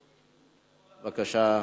בבקשה.